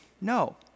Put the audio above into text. No